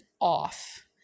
off